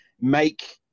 make